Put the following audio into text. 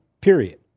period